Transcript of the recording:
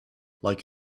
like